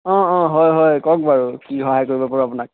অঁ অঁ হয় হয় কওক বাৰু কি সহায় কৰিব পাৰোঁ আপোনাক